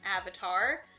Avatar